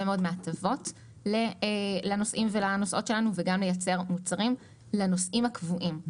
מאוד מההטבות לנוסעים ולנוסעות שלנו וגם לייצר מוצרים לנוסעים הקבועים.